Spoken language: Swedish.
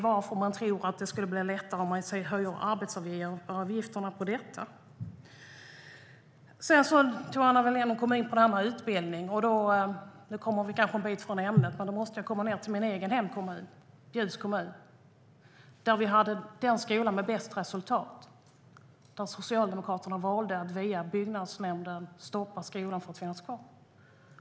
Varför tror ni att det blir lättare om ni höjer arbetsgivaravgifterna för unga? Anna Wallén talade om utbildning. Nu avviker jag kanske från ämnet, men jag ska berätta om min hemkommun Bjuv. Via byggnadsnämnden valde Socialdemokraterna att stoppa den skola som hade bäst resultat från att finnas kvar.